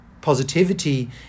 positivity